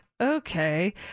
okay